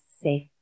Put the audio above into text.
safe